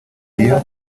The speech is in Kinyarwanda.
lyon